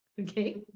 Okay